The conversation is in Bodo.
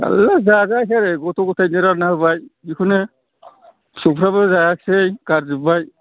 थारला जाजायासै आरो गथ' गथायनो रानना होबाय बेखौनो फिसौफ्राबो जायाखिसै गारजोब्बाय